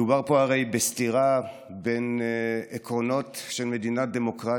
מדובר פה הרי בסתירה בין עקרונות של מדינה דמוקרטית,